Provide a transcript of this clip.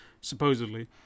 supposedly